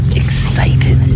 excited